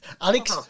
Alex